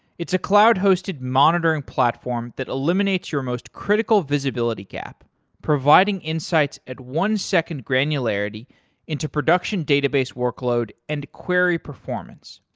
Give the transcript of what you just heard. it's a cloud-hosted monitoring platform that eliminates your most critical visibility gap, providing insights at one second granularity into production database workload and query performance.